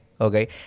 okay